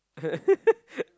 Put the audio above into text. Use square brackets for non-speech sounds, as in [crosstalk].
[laughs]